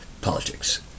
politics